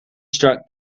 struck